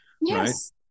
Yes